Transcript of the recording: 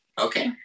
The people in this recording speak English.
Okay